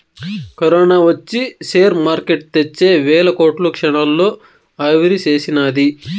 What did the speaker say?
corona ఒచ్చి share market తెచ్చే వేల కోట్లు క్షణాల్లో ఆవిరిసేసినాది